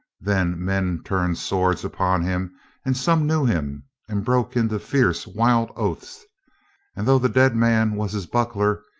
then men turned swords upon him and some knew him and broke into fierce, wild oaths and though the dead man was his buckler,